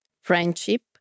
friendship